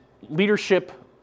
leadership